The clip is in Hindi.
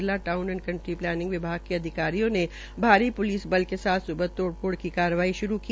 जिला टाउन एंड कनटरी प्लेनिंग विभाग के अधिकारियों ने भारी प्लिस बल के साथ सुबह तोड़ फोड़ की कार्रवाई श्रू की